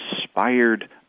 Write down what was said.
inspired